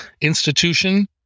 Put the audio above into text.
institution